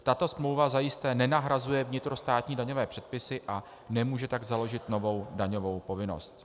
Tato smlouva zajisté nenahrazuje vnitrostátní daňové předpisy a nemůže tak založit novou daňovou povinnost.